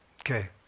Okay